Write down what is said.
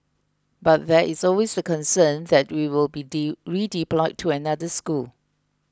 but there is always the concern that we will be redeployed to another school